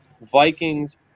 Vikings